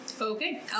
Okay